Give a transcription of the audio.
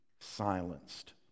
silenced